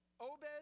Obed